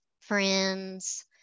friends